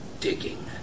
digging